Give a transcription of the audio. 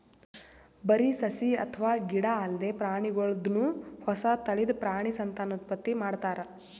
ಬರಿ ಸಸಿ ಅಥವಾ ಗಿಡ ಅಲ್ದೆ ಪ್ರಾಣಿಗೋಲ್ದನು ಹೊಸ ತಳಿದ್ ಪ್ರಾಣಿ ಸಂತಾನೋತ್ಪತ್ತಿ ಮಾಡ್ತಾರ್